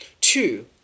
Two